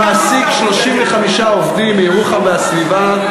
שמעסיק 35 עובדים מירוחם והסביבה,